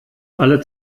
alle